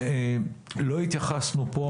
לא התייחסנו פה,